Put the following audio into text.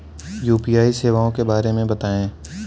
UPI सेवाओं के बारे में बताएँ?